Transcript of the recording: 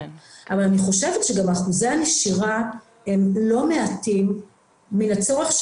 אבל אני חושבת שגם אחוזי הנשירה הם לא מעטים קודם